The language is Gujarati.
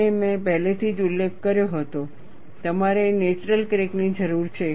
અને મેં પહેલેથી જ ઉલ્લેખ કર્યો હતો તમારે નેચરલ ક્રેક ની જરૂર છે